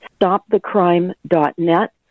stopthecrime.net